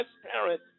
transparent